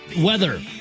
weather